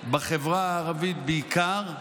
בחברה הערבית בעיקר.